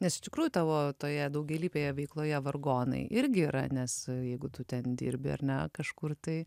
nes iš tikrųjų tavo toje daugialypėje veikloje vargonai irgi yra nes jeigu tu ten dirbi ar ne kažkur tai